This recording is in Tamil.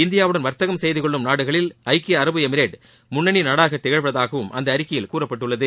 இந்தியாவுடன் வர்த்தகம் செய்தகொள்ளும் நாடுகளில் ஐக்கிய அரபு எமிரேட் முன்னணி நாடாக திகழ்வதாகவும் அந்த அறிக்கையில் கூறப்பட்டுள்ளது